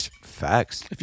Facts